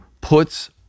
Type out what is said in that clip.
puts